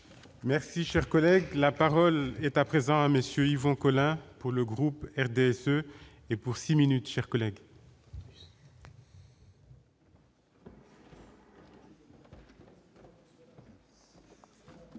Merci, cher collègue, la parole est à présent à monsieur Yvon Collin pour le groupe RDSE et pour 6 minutes chers collègues.